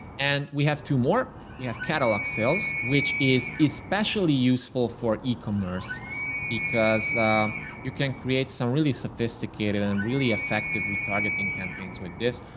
and we have two more. we have catalog sales, which is especially useful for e-commerce because you can create some really sophisticated and and really effective retargeting campaigns with this.